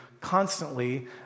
constantly